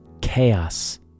chaos